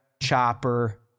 chopper